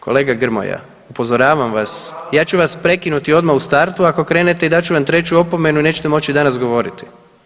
Kolega Grmoja, upozoravam vas, ja ću vas prekinuti odmah u startu ako krenete i dat ću vam treću opomenu i nećete moći danas govoriti.